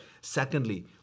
Secondly